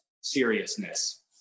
seriousness